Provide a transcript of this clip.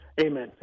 amen